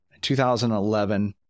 2011